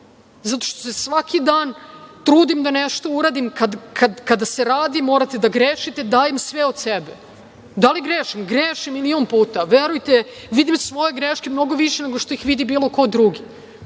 zato što se svaki dan trudim da nešto uradim. Kada se radi morate da grešite, ali dajem sve od sebe. Da li grešim? Grešim milion puta. Verujte, vidim svoje greške mnogo više nego što ih vidi bilo ko drugi,